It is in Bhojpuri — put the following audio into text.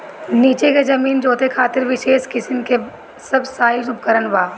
नीचे के जमीन जोते खातिर विशेष किसिम के सबसॉइल उपकरण बा